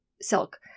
silk